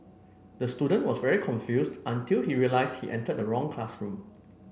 the student was very confused until he realised he entered the wrong classroom